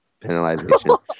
penalization